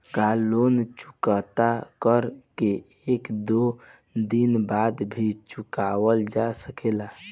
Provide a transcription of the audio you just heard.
का लोन चुकता कर के एक दो दिन बाद भी चुकावल जा सकेला?